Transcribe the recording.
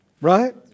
Right